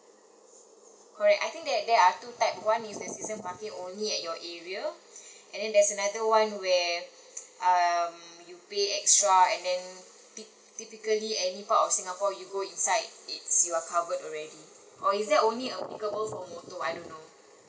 correct I think there there are two type one is the season parking only at your area and then there is another one where um you pay extra and then typically any part of singapore you go inside it's you're covered already or is that only applicable for motor I don't know